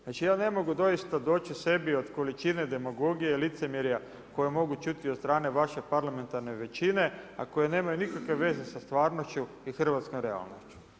Znači ja ne mogu doista doći sebi od količine demagogije, licemjerja koje mogu čuti od strane vaše parlamentarne većine a koje nemaju nikakve veze sa stvarnošću i hrvatskom realnošću.